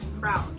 proud